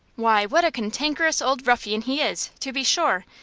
why, what a cantankerous old ruffian he is, to be sure!